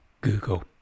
Google